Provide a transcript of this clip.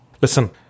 Listen